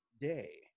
day